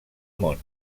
món